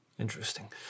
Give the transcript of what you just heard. Interesting